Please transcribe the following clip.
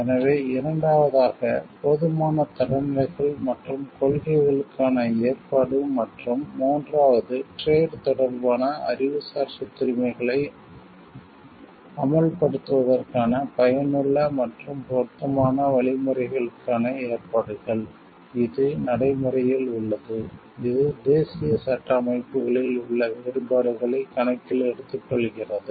எனவே இரண்டாவதாக போதுமான தரநிலைகள் மற்றும் கொள்கைகளுக்கான ஏற்பாடு மற்றும் மூன்றாவது டிரேட் வர்த்தகம் தொடர்பான அறிவுசார் சொத்துரிமைகளை அமல்படுத்துவதற்கான பயனுள்ள மற்றும் பொருத்தமான வழிமுறைகளுக்கான ஏற்பாடுகள் இது நடைமுறையில் உள்ளது இது தேசிய சட்ட அமைப்புகளில் உள்ள வேறுபாடுகளை கணக்கில் எடுத்துக்கொள்கிறது